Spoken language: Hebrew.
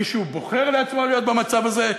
מישהו בוחר לעצמו להיות במצב הזה?